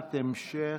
שאלת המשך,